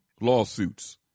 lawsuits